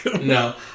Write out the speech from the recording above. No